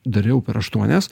dariau per aštuonias